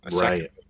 Right